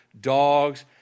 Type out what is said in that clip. dogs